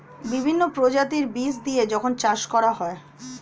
বিভিন্ন প্রজাতির বীজ দিয়ে যখন চাষ করা হয়